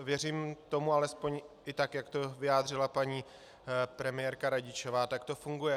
Věřím tomu, alespoň i tak jak to vyjádřila paní premiérka Radičová, tak to funguje.